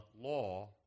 law